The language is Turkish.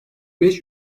beş